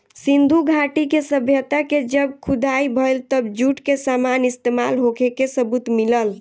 सिंधु घाटी के सभ्यता के जब खुदाई भईल तब जूट के सामान इस्तमाल होखे के सबूत मिलल